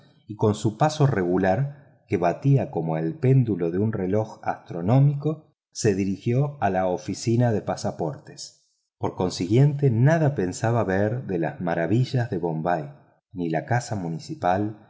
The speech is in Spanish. y con su paso regular que batía como el péndulo de un reloj astronómico se dirigió a la oficina de pasaportes por consiguiente nada pensaba ver de las maravillas de bombay ni la